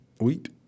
wheat